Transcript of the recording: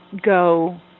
go